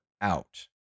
out